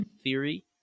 theory